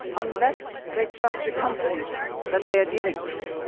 unless they trust the companies that they are dealing with.